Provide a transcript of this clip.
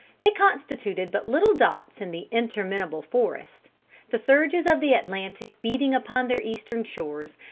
they constituted but little dots in the interminable forest the surges of the atlantic beating upon their eastern shores,